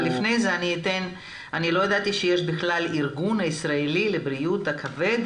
אני לא ידעתי שיש בכלל ארגון ישראלי לבריאות הכבד,